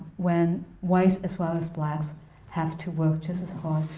when whites as well as blacks have to work just as hard,